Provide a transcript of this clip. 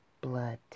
blood